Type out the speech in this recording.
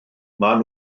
maen